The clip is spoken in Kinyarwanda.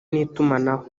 n’itumanaho